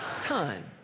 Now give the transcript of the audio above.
time